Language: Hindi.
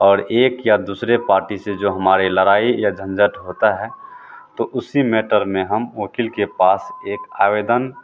और एक या दूसरे पाटी से जो हमारी लड़ाई या झंझट होता है तो उसी मैटर में हम वक़ील के पास एक आवेदन